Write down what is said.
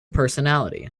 personality